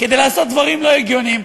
כדי לעשות דברים לא הגיוניים.